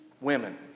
Women